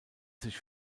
sich